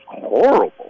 horrible